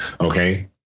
okay